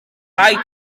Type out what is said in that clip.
rhaid